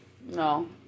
No